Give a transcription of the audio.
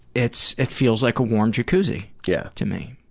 it's it feels like a warm jacuzzi, yeah to me.